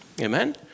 amen